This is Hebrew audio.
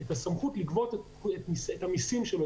את הסמכות לגבות מס הכנסה.